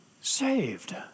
Saved